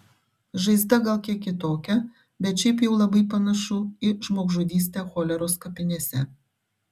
žaizda gal kiek kitokia bet šiaip jau labai panašu į žmogžudystę choleros kapinėse